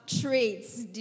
traits